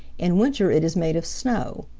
in winter it is made of snow,